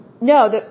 No